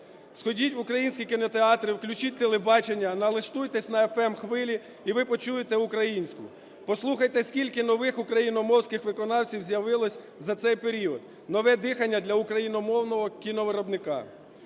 Сходіть в українські кінотеатри, включіть телебачення, налаштуйтесь на FM-хвилі, – і ви почуєте українську. Послухайте, скільки нових україномовних виконавців з'явилося за цей період, нове дихання для україномовногокіновиробника.